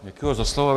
Děkuji za slovo.